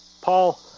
Paul